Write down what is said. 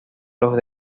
los